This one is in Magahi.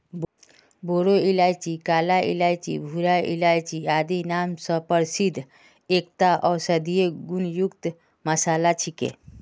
बोरो इलायची कलवा इलायची भूरा इलायची आदि नाम स प्रसिद्ध एकता औषधीय गुण युक्त मसाला छिके